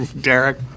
Derek